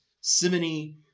simony